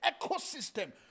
ecosystem